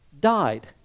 died